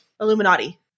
Illuminati